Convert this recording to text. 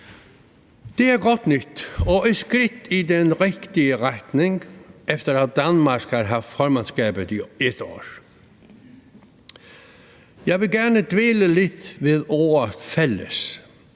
Det er godt nyt og et skridt i den rigtige retning, efter at Danmark skal have formandskabet i et år. Jeg vil gerne dvæle lidt ved ordet fælles.